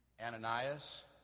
Ananias